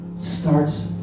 starts